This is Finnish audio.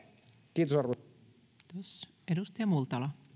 kiitos arvoisa puhemies